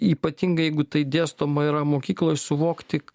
ypatingai jeigu tai dėstoma yra mokykloj suvokti